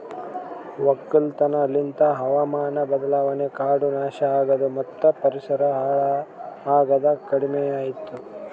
ಒಕ್ಕಲತನ ಲಿಂತ್ ಹಾವಾಮಾನ ಬದಲಾವಣೆ, ಕಾಡು ನಾಶ ಆಗದು ಮತ್ತ ಪರಿಸರ ಹಾಳ್ ಆಗದ್ ಕಡಿಮಿಯಾತು